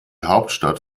hauptstadt